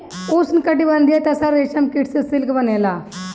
उष्णकटिबंधीय तसर रेशम कीट से सिल्क बनेला